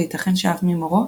וייתכן שאף ממורו,